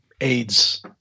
AIDS